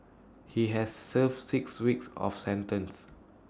he has served six weeks of sentence